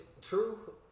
true